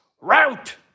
route